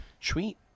Sweet